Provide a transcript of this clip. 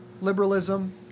liberalism